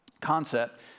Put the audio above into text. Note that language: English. concept